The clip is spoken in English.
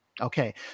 Okay